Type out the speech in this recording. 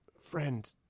friend